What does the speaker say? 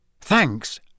Thanks